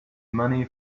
money